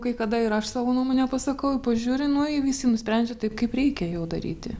kai kada ir aš savo nuomonę pasakau pažiūri nu i visi nusprendžia taip kaip reikia jau daryti